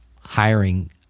hiring